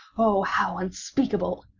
oh! how unspeakable!